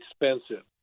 expensive